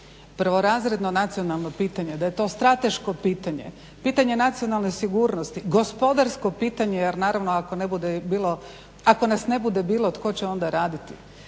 prvorazredno nacionalno pitanje, da je to strateško pitanje, pitanje nacionalne sigurnosti, gospodarsko pitanje. Jer naravno ako ne bude bilo, ako nas ne bude